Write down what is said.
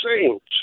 Saints